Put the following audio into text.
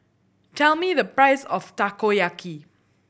tell me the price of Takoyaki